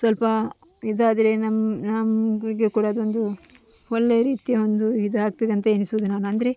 ಸ್ವಲ್ಪ ಇದಾದರೆ ನಮ್ಮ ನಮಗೆ ಕೂಡ ಅದೊಂದು ಒಳೆಯ ರೀತಿಯ ಒಂದು ಇದಾಗ್ತದೆ ಅಂತ ಎಣಿಸುವುದು ನಾನು ಅಂದರೆ